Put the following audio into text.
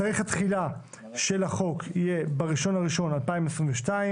תאריך התחילה של החוק יהיה ב-1 בינואר 2022,